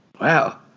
Wow